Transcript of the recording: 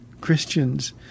Christians